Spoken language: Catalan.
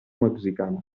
mexicana